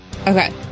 okay